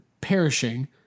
perishing